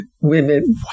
women